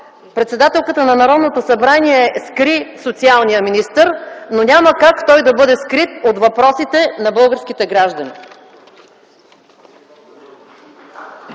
председателката на Народното събрание скри социалния министър, но няма как той да бъде скрит от въпросите на българските граждани.